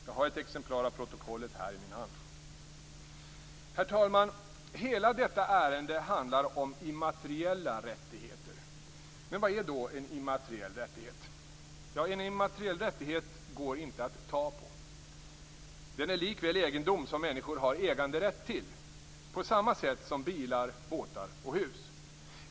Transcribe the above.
Jag har ett exemplar av protokollet i min hand. Herr talman! Hela detta ärende handlar om immateriella rättigheter. Men vad är då en immateriell rättighet? En immateriell rättighet går inte att ta på. Den är likväl egendom som människor har äganderätt till på samma sätt som till bilar, båtar och hus.